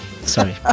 Sorry